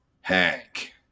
Hank